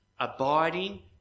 abiding